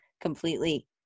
completely